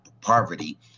poverty